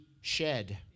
shed